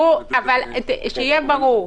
שיהיה ברור.